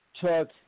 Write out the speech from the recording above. took